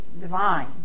divine